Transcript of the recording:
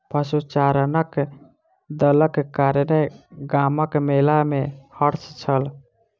पशुचारणक दलक कारणेँ गामक मेला में हर्ष छल